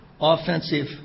offensive